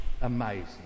Amazing